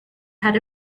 had